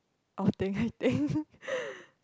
of thing I think